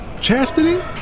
Chastity